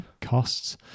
Costs